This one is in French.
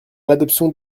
l’adoption